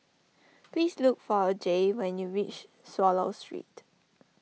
please look for a Jaye when you reach Swallow Street